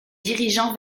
dirigeant